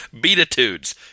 Beatitudes